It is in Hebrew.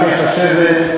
אני מבקש לשבת.